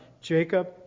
Jacob